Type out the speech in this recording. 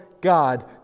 God